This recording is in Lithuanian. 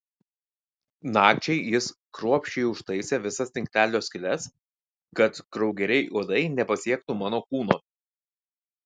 nakčiai jis kruopščiai užtaisė visas tinklelio skyles kad kraugeriai uodai nepasiektų mano kūno